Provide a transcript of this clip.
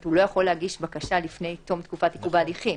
הוא לא יכול להגיש בקשה לפני תום תקופת עיכוב ההליכים,